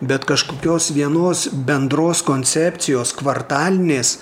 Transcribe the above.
bet kažkokios vienos bendros koncepcijos kvartalinės